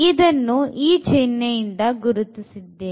ಇದನ್ನು ಈ ಚಿಹ್ನೆ ಇಂದ ಸೂಚಿಸಿದ್ದೇವೆ